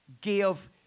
give